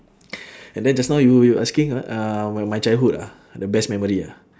and then just now you you asking uh while my childhood ah the best memory ah